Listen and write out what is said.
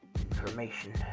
information